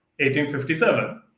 1857